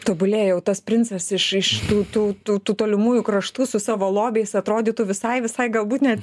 tobulėja jau tas princas iš iš tų tų tų tolimųjų kraštų su savo lobiais atrodytų visai visai galbūt net